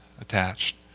attached